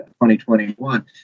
2021